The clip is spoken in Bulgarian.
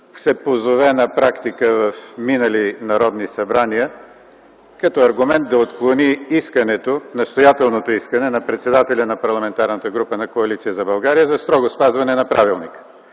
се позове на практика в минали народни събрания като аргумент да отклони настоятелното искане на председателя на Парламентарната група на Коалиция за България за строго спазване на правилника!